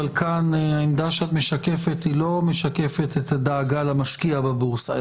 אבל כאן העמדה שאת משקפת היא לא משקפת את הדאגה למשקיע בבורסה,